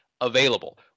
available